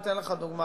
אני אתן לך דוגמה,